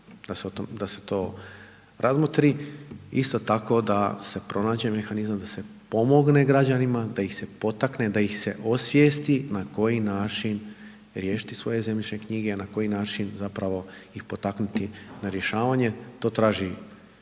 da se to razmotri. Isto tako, da se pronađe mehanizam, da se pomogne građanima, da ih se potakne, da ih se osvijesti na koji način riješiti svoje zemljišne knjige, na koji način zapravo ih potaknuti na rješavanje, to traži